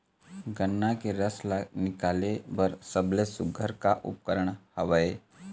गन्ना के रस ला निकाले बर सबले सुघ्घर का उपकरण हवए?